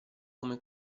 come